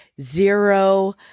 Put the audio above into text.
zero